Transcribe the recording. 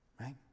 right